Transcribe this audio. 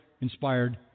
inspired